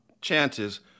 chances –